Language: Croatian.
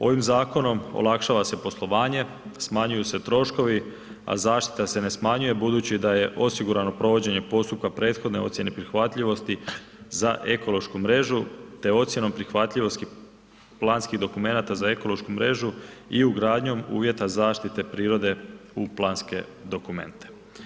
Ovim zakonom olakšava se poslovanje, smanjuju se troškovi, a zaštita se ne smanjuje budući da je osigurano provođenje postupka prethodne ocjene prihvatljivosti za ekološku mrežu te ocjenom prihvatljivosti planskih dokumenata za ekološku mrežu i ugradnjom uvjeta zaštite prirode u planske dokumente.